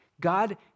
God